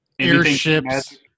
airships